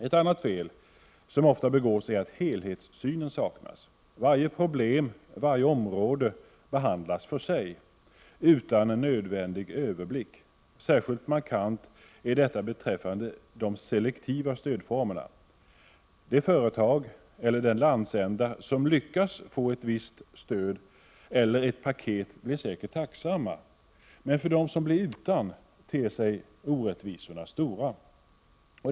Ett annat fel som ofta begås är att helhetssynen saknas. Varje problem och varje område behandlas för sig, utan en nödvändig överblick. Särskilt markant är detta beträffande de selektiva stödformerna. De företag eller den landsända som lyckas få ett visst stöd eller ett paket blir säkert tacksamma, men för dem som blir utan ter sig orättvisorna stora.